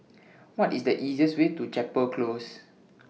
What IS The easiest Way to Chapel Close